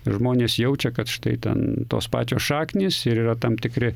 žmonės jaučia kad štai ten tos pačios šaknys ir yra tam tikri